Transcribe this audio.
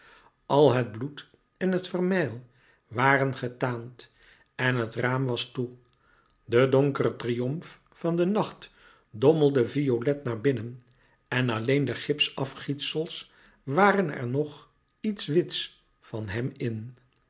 al het bloed en het vermeil waren getaand en het raam was toe de donkere triomf van den nacht dommelde violet naar binnen en alleen de gipsafgietsels waren er nog iets wits van hem in